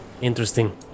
interesting